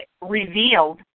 revealed